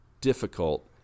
difficult